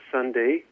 Sunday